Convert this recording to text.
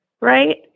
right